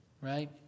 right